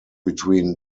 between